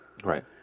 Right